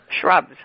shrubs